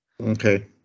okay